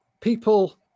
people